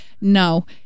no